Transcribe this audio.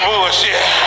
bullshit